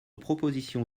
proposition